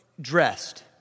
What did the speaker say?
dressed